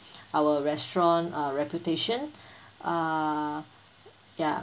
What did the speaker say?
our restaurant uh reputation uh ya